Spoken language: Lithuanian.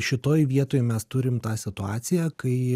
šitoj vietoj mes turim tą situaciją kai